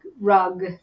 rug